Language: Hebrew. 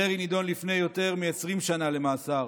דרעי נידון לפני יותר מ-20 שנה למאסר.